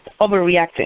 overreacting